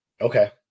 Okay